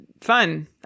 Fun